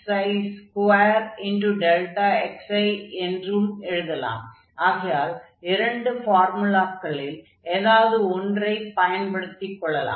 ஆகையால் இரண்டு ஃபார்முலாக்களில் ஏதாவது ஒன்றைப் பயன்படுத்திக் கொள்ளலாம்